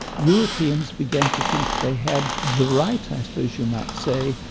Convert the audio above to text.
europeans began to think they had the right, i suppose you might say,